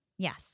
Yes